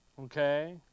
Okay